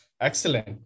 Excellent